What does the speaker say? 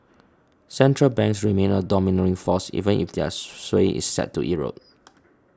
central banks remain a domineering force even if their sway is set to erode